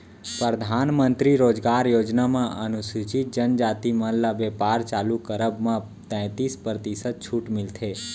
परधानमंतरी रोजगार योजना म अनुसूचित जनजाति मन ल बेपार चालू करब म तैतीस परतिसत छूट मिलथे